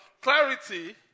clarity